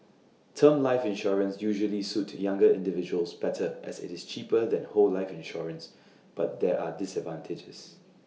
term life insurance usually suit younger individuals better as IT is cheaper than whole life insurance but there are disadvantages